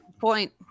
Point